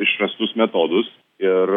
išrastus metodus ir